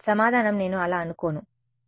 సమాధానం నేను అలా అనుకోను సమాధానం